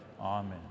Amen